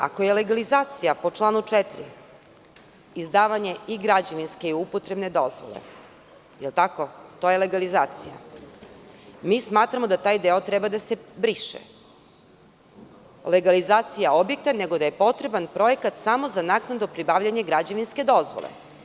Ako je legalizacija po članu 4. izdavanje i građevinske i upotrebne dozvole, to je legalizacija, mi smatramo da taj deo treba da se briše – legalizacija objekta, nego da je potreban projekat samo za naknadno pribavljanje građevinske dozvole.